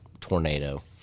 tornado